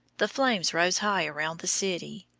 the flames rose high around the city,